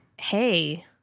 Hey